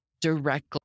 directly